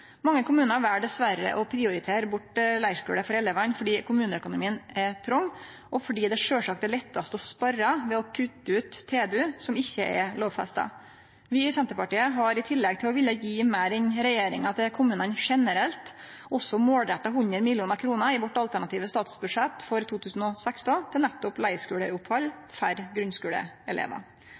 Mange kommunar vel dessverre å prioritere bort leirskule for elevane fordi kommuneøkonomien er trong, og fordi det sjølvsagt er lettast å spare ved å kutte ut tilbod som ikkje er lovfesta. Vi i Senterpartiet har, i tillegg til å ville gje meir enn regjeringa til kommunane generelt, målretta 100 mill. kr i vårt alternative statsbudsjett for 2016 til nettopp leirskuleopphald for grunnskuleelevar.